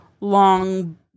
Long